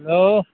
hello